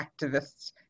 activists